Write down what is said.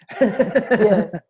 Yes